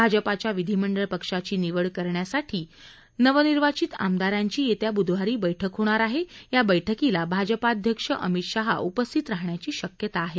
भाजपाच्या विधीमंडळ पक्षाची निवड करण्यासाठी नवनिर्वाचित आमदारांची येत्या ब्धवारी बैठक होणार आहे या बैठकील भाजपाध्यक्ष अमित शहा उपस्थित राहण्याची शक्यता आहे